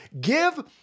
Give